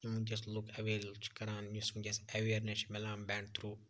یِم وٕنکٮ۪س لُکھ اَویل چھِ کَران یۄس وٕنکٮ۪س اَویرنیٚس چھِ مِلان بیٚنک تھروٗ